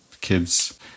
kids